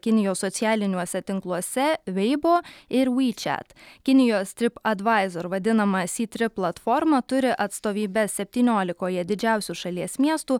kinijos socialiniuose tinkluose veibo ir vyčet kinijos trip advaizor vadinama sytrip platforma turi atstovybes septyniolikoje didžiausių šalies miestų